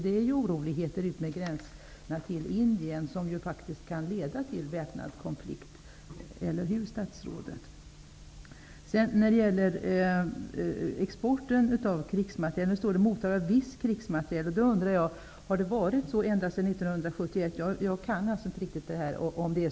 Det är ju oroligheter utmed gränserna till Indien som faktiskt kan leda till väpnad konflikt, eller hur statsrådet? I svaret står det ''mottagare av viss krigsmateriel''. Då undrar jag: Har det varit så ända sedan 1971? Jag kan alltså inte detta riktigt.